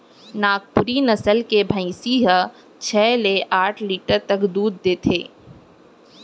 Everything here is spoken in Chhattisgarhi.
नागपुरी नसल के भईंसी हर छै ले आठ लीटर तक दूद देथे